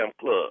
club